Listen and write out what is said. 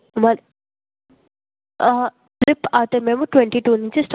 మీరు మీ జాబ్స్లో మీరు బిజీ అయిపోతే ఎలా కొంచెం పట్టించుకోండి పిల్లలని కూడా